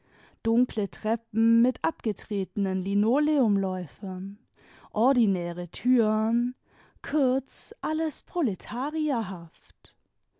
dunkle treppen mit abgetretenen linoleumläufem ordinäre türen kurz alles